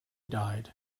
died